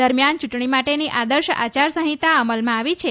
દરમ્યાન ચ્રંટણી માટેની આદર્શ આચાર સંહિતા અમલમાં આવી છે